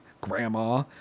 Grandma